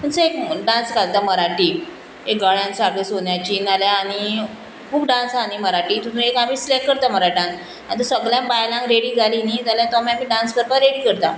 खंयचोय एक डांस घालता मराठी एक गळ्यान साकळी सोन्याची नाल्यार आनी खूब डांस आहा न्ही मराठी तितून एक आमी सिलेक्ट करता मराठान आतां सगळ्यान बायलांक रेडी जाली न्ही जाल्यार तो आमी आमी डांस करपाक रेडी करता